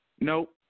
Nope